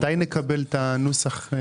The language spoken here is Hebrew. מתי נקבל את הנוסח?